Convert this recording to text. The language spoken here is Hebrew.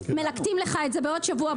מלקטים לך את זה בעוד שבוע,